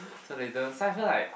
so they don't so I feel like